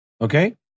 Okay